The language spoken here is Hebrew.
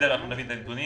את הנתונים